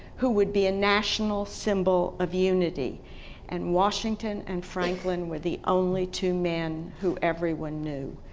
who would be a national symbol of unity and washington and franklin were the only two men who everyone knew,